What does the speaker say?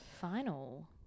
final